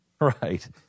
Right